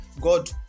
God